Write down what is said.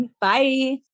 Bye